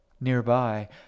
Nearby